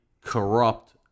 corrupt